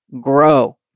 grow